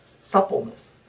suppleness